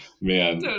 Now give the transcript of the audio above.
Man